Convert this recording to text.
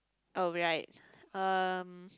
oh right um